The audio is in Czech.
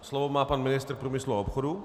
Slovo má pan ministr průmyslu a obchodu.